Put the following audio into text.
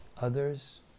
others